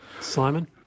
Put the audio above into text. Simon